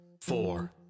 four